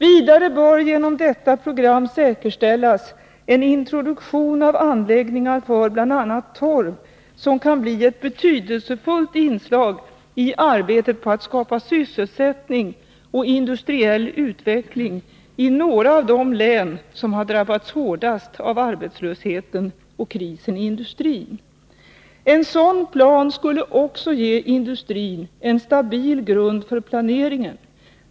Vidare bör genom detta program en introduktion av anläggningar för bl.a. torv säkerställas, som kan bli ett betydelsefullt inslag i arbetet på att skapa sysselsättning och industriell utveckling i några av de län som drabbats hårdast av arbetslösheten och krisen i industrin. En sådan plan skulle också ge industrin en stabil grund för planeringen.